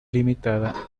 limitada